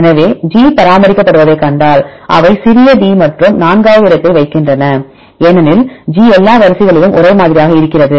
எனவே G பராமரிக்கப்படுவதைக் கண்டால் அவை சிறிய d மற்றும் நான்காவது இடத்தை வைக்கின்றன ஏனெனில் G எல்லா வரிசைகளிலும் ஒரே மாதிரியாக இருக்கிறது